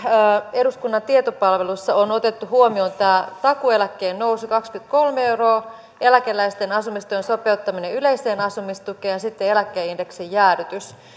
eduskunnan tietopalvelussa on otettu huomioon takuueläkkeen nousu kaksikymmentäkolme euroa eläkeläisten asumistuen sopeuttaminen yleiseen asumistukeen ja sitten eläkkeen indeksin jäädytys